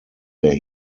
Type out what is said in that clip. der